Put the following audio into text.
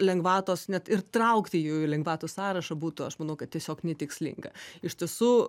lengvatos net ir traukti jų į lengvatų sąrašą būtų aš manau kad tiesiog netikslinga iš tiesų